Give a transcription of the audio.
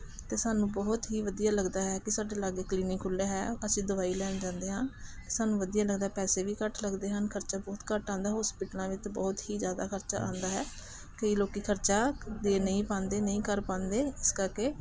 ਅਤੇ ਸਾਨੂੰ ਬਹੁਤ ਹੀ ਵਧੀਆ ਲੱਗਦਾ ਹੈ ਕਿ ਸਾਡੇ ਲਾਗੇ ਕਲੀਨਿਕ ਖੁੱਲ੍ਹਿਆ ਹੈ ਅਸੀਂ ਦਵਾਈ ਲੈਣ ਜਾਂਦੇ ਹਾਂ ਸਾਨੂੰ ਵਧੀਆ ਲੱਗਦਾ ਪੈਸੇ ਵੀ ਘੱਟ ਲੱਗਦੇ ਹਨ ਖਰਚਾ ਬਹੁਤ ਘੱਟ ਆਉਂਦਾ ਹੋਸਪਿਟਲਾਂ ਵਿੱਚ ਬਹੁਤ ਹੀ ਜ਼ਿਆਦਾ ਖਰਚਾ ਆਉਂਦਾ ਹੈ ਕਈ ਲੋਕੀ ਖਰਚਾ ਦੇ ਨਹੀਂ ਪਾਉਂਦੇ ਨਹੀਂ ਕਰ ਪਾਉਂਦੇ ਇਸ ਕਰਕੇ